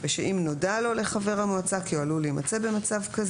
(ד) אם נודע לחבר המועצה הציבורית כי הוא עלול להימצא במצב כזה,